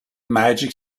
magic